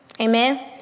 Amen